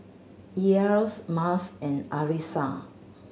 Elyas Mas and Arissa